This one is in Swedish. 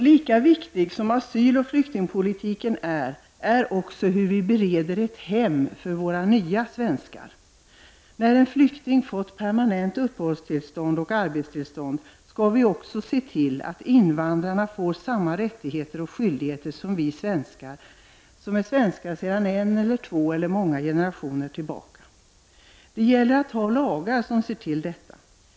Lika viktig som asyloch flyktingpolitiken är, är också hur vi bereder ett hem för våra nya svenskar. När en flykting fått permanent uppehållstillstånd och arbetstillstånd, skall vi också se till att invandraren får samma rättigheter och skyldigheter som vi svenskar — som är svenskar sedan en eller två eller flera generationer tillbaka. Det gäller att ha lagar som ser till detta.